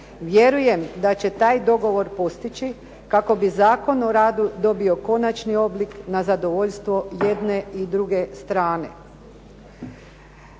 Vjerujem da će taj dogovor postići kako bi Zakon o radu dobio konačni oblik na zadovoljstvo jedne i druge strane.